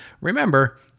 remember